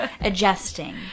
adjusting